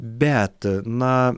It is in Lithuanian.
bet na